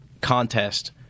contest